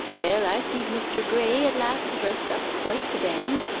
well, i seed mr. graye at last dressed up quite the dand.